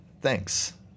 Thanks